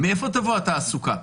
מאיפה תבוא התעסוקה?